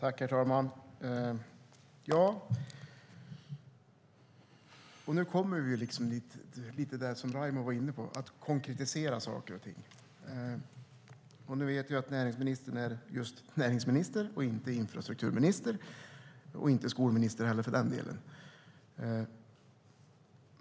Herr talman! Nu kommer vi till det som Raimo Pärssinen var inne på - att konkretisera saker och ting. Vi vet att näringsministern är just näringsminister och inte infrastrukturminister eller skolminister.